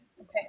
Okay